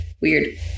Weird